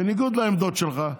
בניגוד לעמדות שלך,